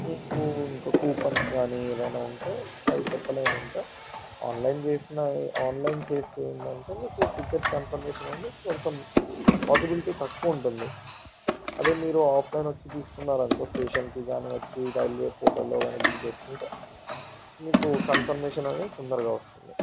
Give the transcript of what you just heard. మీకు ఇంకా కూపన్స్ కానీ ఏమన్న ఉంటే అవి చెప్పలేను ఇంకా ఆన్లైన్ చేసిన ఆన్లైన్ చేస్తే ఏంటంటే మీకు టికెట్ కన్ఫర్మేషన్ అనేది కొంచెం పాజిబులిటీ తక్కువ ఉంటుంది అదే మీరు ఆఫ్లైన్కు వచ్చి తీసుకున్నారు అనుకో స్టేషన్కి కానీ వచ్చి రైల్వే పోర్టల్లో కానీ బుక్ చేసుకుంటే మీకు కన్ఫర్మేషన్ అనేది తొందరగా వస్తుంది